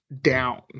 down